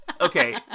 Okay